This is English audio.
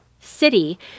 city